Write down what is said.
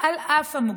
על אף המוגבלות.